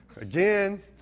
again